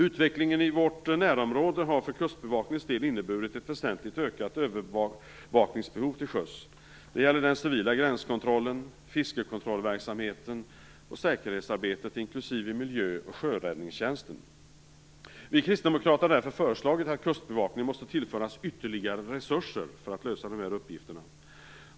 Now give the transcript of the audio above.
Utvecklingen i vårt närområde har för Kustbevakningens del inneburit ett väsentligt ökat övervakningsbehov till sjöss. Det gäller den civila gränskontrollen, fiskekontrollverksamheten och säkerhetsarbetet inklusive miljö och sjöräddningstjänsten. Vi kristdemokrater har föreslagit att Kustbevakningen tillförs ytterligare resurser för att lösa uppgifterna.